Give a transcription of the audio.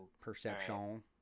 Perception